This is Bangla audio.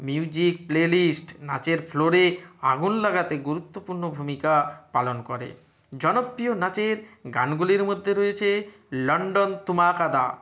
মিউজিক প্লে লিস্ট নাচের ফ্লোরে আগুন লাগাতে গুরুত্বপূর্ণ ভূমিকা পালন করে জনপ্রিয় নাচের গানগুলির মধ্যে রয়েছে লন্ডন ঠুমকদা